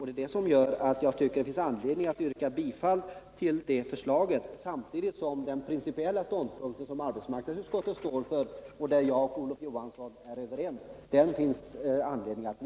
Det är det som gör att jag anser att det finns anledning att yrka bifall till det föreliggande förslaget från utskottet — samtidigt som det finns anledning att vidhålla den principiella ståndpunkt som arbetsmarknadsutskottet intar och som jag och Olof Johansson är överens om.